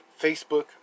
Facebook